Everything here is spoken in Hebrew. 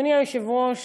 אדוני היושב-ראש,